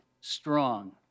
strong